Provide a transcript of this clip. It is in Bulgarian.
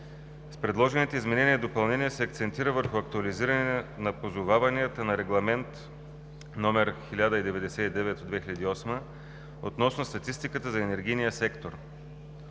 С предложените изменения и допълнения се акцентира върху актуализиране на позоваванията на Регламент (ЕО) № 1099/2008 относно статистиката за енергийния сектор.